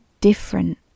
different